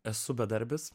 esu bedarbis